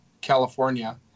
California